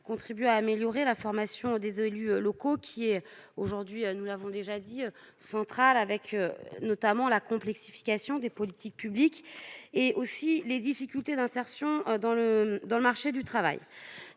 souhaitons améliorer la formation des élus locaux, qui est aujourd'hui centrale, avec notamment la complexification des politiques publiques et les difficultés d'insertion dans le marché du travail.